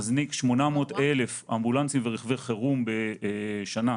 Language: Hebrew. הוא מזניק 800 אלף אמבולנסים ורכבי חירום בשנה.